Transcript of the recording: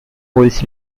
holes